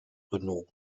renault